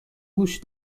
گوش